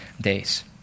days